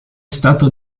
stato